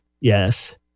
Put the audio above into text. yes